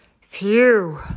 Phew